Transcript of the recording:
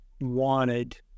wanted